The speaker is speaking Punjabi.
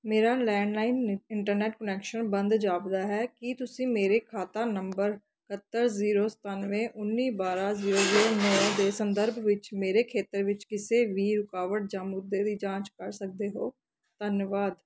ਮੇਰਾ ਲੈਂਡਲਾਈਨ ਇੰਟਰਨੈੱਟ ਕੁਨੈਕਸ਼ਨ ਬੰਦ ਜਾਪਦਾ ਹੈ ਕੀ ਤੁਸੀਂ ਮੇਰੇ ਖਾਤਾ ਨੰਬਰ ਇਕੱਤਰ ਜ਼ੀਰੋ ਸਤਾਨਵੇਂ ਉੱਨੀ ਬਾਰਾਂ ਜ਼ੀਰੋ ਜ਼ੀਰੋ ਨੌਂ ਦੇ ਸੰਦਰਭ ਵਿੱਚ ਮੇਰੇ ਖੇਤਰ ਵਿੱਚ ਕਿਸੇ ਵੀ ਰੁਕਾਵਟ ਜਾਂ ਮੁੱਦੇ ਦੀ ਜਾਂਚ ਕਰ ਸਕਦੇ ਹੋ ਧੰਨਵਾਦ